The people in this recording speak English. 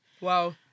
Wow